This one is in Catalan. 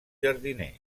jardiner